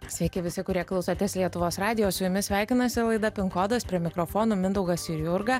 sveiki visi kurie klausotės lietuvos radijo su jumis sveikinasi laida pin kodas prie mikrofonų mindaugas ir jurga